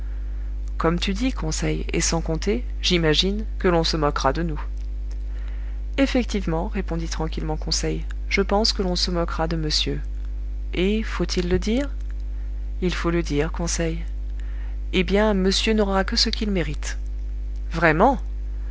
comme tu dis conseil et sans compter j'imagine que l'on se moquera de nous effectivement répondit tranquillement conseil je pense que l'on se moquera de monsieur et faut-il le dire il faut le dire conseil eh bien monsieur n'aura que ce qu'il mérite vraiment